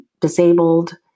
disabled